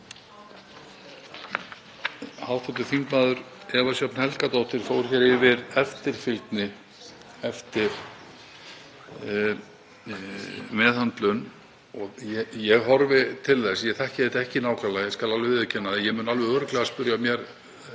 Hv. þm. Eva Sjöfn Helgadóttir fór yfir eftirfylgni eftir meðhöndlun og ég horfi til þess. Ég þekki þetta ekki nákvæmlega, ég skal alveg viðurkenna það, en ég mun alveg örugglega spyrja